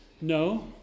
No